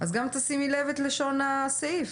אז גם תשימי לב ללשון הסעיף,